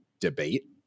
debate